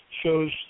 shows